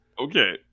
Okay